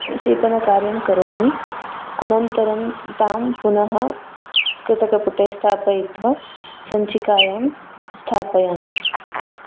सेपनकार्यं करोमि अनन्तरं तां पुनः कृतकपुटे स्थापयित्वा सञ्चिकायां स्थापयामि